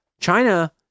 China